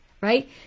right